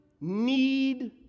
need